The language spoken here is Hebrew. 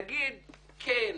נגיד לא,